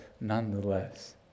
nonetheless